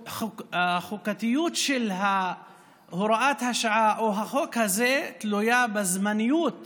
שהחוקתיות של הוראת השעה או החוק הזה תלויה בזמניות